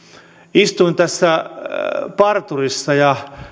istuin parturissa ja